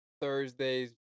Thursday's